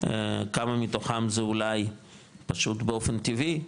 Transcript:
כמה מתוכם זה אולי פשוט באופן טבעי,